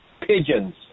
pigeons